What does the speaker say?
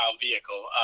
vehicle